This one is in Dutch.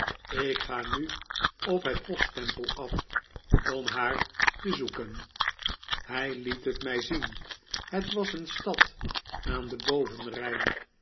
ik ga nu op het poststempel af om haar te zoeken hij liet het mij zien het was een stad aan den boven rijn